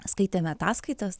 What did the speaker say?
skaitėme ataskaitas